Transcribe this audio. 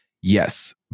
Yes